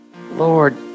Lord